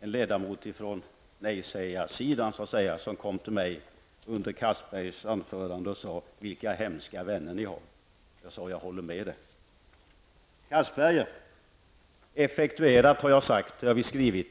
en ledamot från ''nejsägarsidan'' kom till mig under Anders Castbergers anförande och sade: Vilka hemska vänner ni har! Jag sade: Jag håller med dig! Anders Castberger! Effektuerat har jag sagt, och det har vi skrivit.